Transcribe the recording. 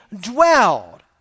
dwelled